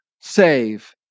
save